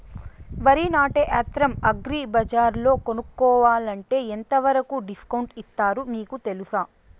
వరి నాటే యంత్రం అగ్రి బజార్లో కొనుక్కోవాలంటే ఎంతవరకు డిస్కౌంట్ ఇస్తారు మీకు తెలుసా?